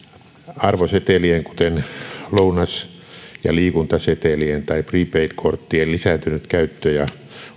arvosetelien kuten lounas ja liikuntasetelien tai prepaid korttien lisääntynyt käyttö ja